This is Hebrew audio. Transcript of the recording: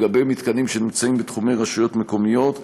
לגבי מתקנים שנמצאים בתחומי רשויות מקומיות,